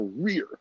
career